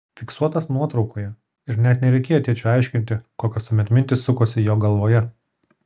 fiksuotas nuotraukoje ir net nereikėjo tėčiui aiškinti kokios tuomet mintys sukosi jo galvoje